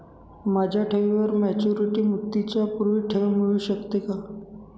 माझ्या ठेवीवर मॅच्युरिटी मुदतीच्या पूर्वी ठेव मिळू शकते का?